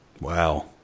Wow